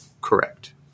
Correct